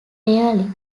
rarely